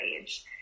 age